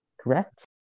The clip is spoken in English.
correct